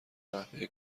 نحوه